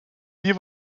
die